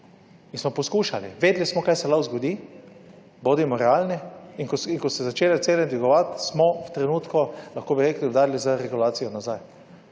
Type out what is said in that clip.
in smo poskušali, vedeli smo, kaj se lahko zgodi. Bodimo realni in ko se začele cene dvigovati, smo v trenutku, lahko bi rekli, udarili z regulacijo nazaj.